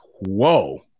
whoa